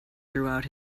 throughout